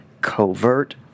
covert